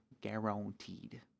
guaranteed